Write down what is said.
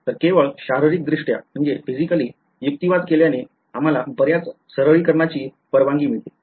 तर केवळ शारीरिकदृष्ट्या युक्तिवाद केल्याने आम्हाला बर्याच सरलीकरणाची परवानगी मिळते